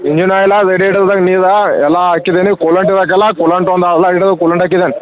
engine oil ನೀರಾ ಎಲ್ಲ ಹಾಕಿದೇನಿ ಹಾಕಿದೇನಿ